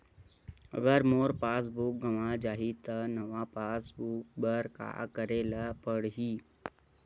अगर मोर passbook गवां जाहि त नवा पास बुक बर का करे ल पड़हि?